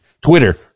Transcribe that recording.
Twitter